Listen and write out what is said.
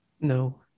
No